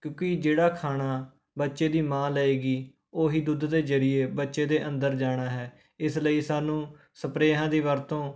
ਕਿਉਂਕਿ ਜਿਹੜਾ ਖਾਣਾ ਬੱਚੇ ਦੀ ਮਾਂ ਲਏਗੀ ਉਹ ਹੀ ਦੁੱਧ ਦੇ ਜ਼ਰੀਏ ਬੱਚੇ ਦੇ ਅੰਦਰ ਜਾਣਾ ਹੈ ਇਸ ਲਈ ਸਾਨੂੰ ਸਪਰੇਆਂ ਦੀ ਵਰਤੋਂ